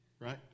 right